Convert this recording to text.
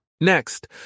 Next